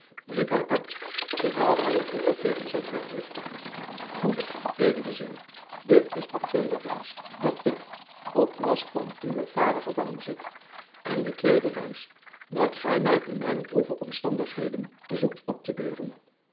riep hij uit terwijl hij het briefje tegen zijn hart drukte goede edele ziel dit is de tweede reis dat ik op last van uwen vader jacob van lennep de pleegzoon gevangen zit en de tweede reis dat gij mij in mijne droeve omstandigheden zoekt op te beuren